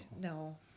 No